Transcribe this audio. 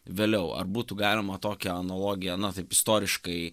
vėliau ar būtų galima tokią analogiją na taip istoriškai